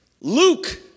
Luke